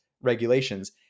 regulations